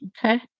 Okay